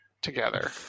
together